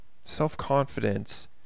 self-confidence